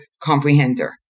comprehender